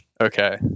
Okay